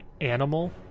animal